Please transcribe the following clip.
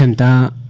and da